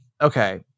okay